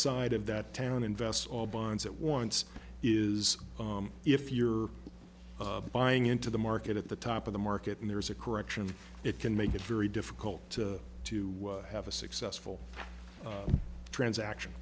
side of that town invests all bonds at once is if you're buying into the market at the top of the market and there's a correction it can make it very difficult to have a successful transaction